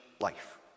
life